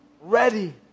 ready